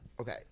Okay